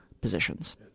positions